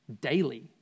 daily